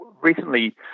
recently